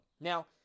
now